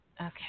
Okay